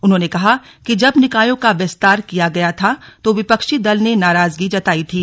उन्होंने कहा कि जब निकायों का विस्तार किया गया था तो विपक्षी दल ने नाराजगी जतायी थी